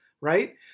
right